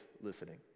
listening